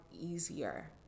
easier